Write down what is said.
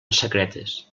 secretes